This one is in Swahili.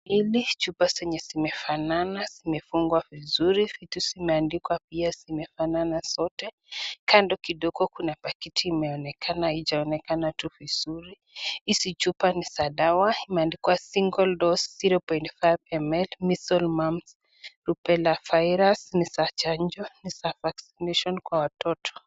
Hizi chupa zenye zimefanana zimefungwa vizuri juu zimeandikwa pia zimefanana zote, kando kidogo kuna pakiti imeonekana ,hijaonekana tu vizuri , hizi chupa ni za dawa zimeandikwa,(cs) single dose zero point five ml measles mumps rubella virus (cs) ni za chanjo ni za (cs) vaccination (cs) kwa watoto.